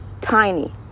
tiny